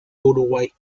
uruguay